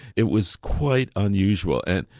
it was quite unusual. and